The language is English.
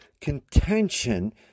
contention